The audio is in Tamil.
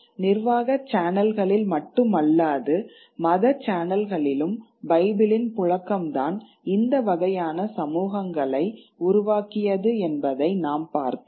நிர்வாக சேனல்களில் மட்டுமல்லாது மத சேனல்களிலும் பைபிளின் புழக்கம் தான் இந்த வகையான சமூகங்களை உருவாக்கியது என்பதை நாம் பார்த்தோம்